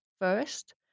First